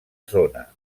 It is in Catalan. zona